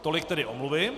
Tolik tedy omluvy.